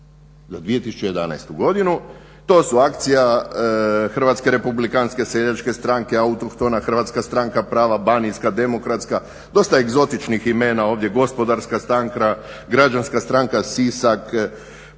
za 2011.godinu. to su Akcija Hrvatske republikanske seljačke stranke, autohtona Hrvatska stranka prava, banijska, demokratska dosta egzotičnih imena ovdje Gospodarska stranka, Građanska stranka Sisak, Hrvatska